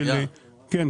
זה